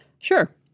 Sure